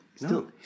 No